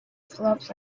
slopes